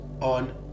on